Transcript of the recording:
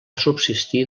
subsistir